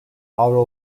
avro